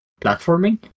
platforming